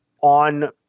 on